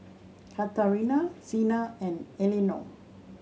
Katharina Xena and Elenore